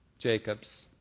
Jacobs